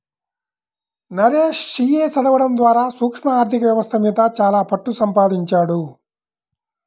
Naresh CA చదవడం ద్వారా సూక్ష్మ ఆర్ధిక వ్యవస్థ మీద చాలా పట్టుసంపాదించాడు